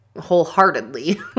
wholeheartedly